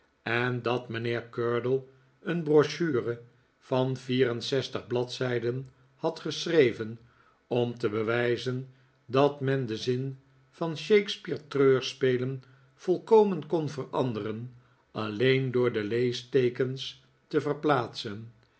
en dat mijnheer curdle een brochure van vier en zestig bladzijden had geschreven om te bewijzen dat men den zin van shakespeare's treurspelen volkomen kon veranderen alleen door de leesteekens te verplaatsen